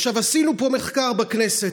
עשינו פה מחקר בכנסת.